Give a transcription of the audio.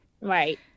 Right